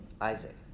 Isaac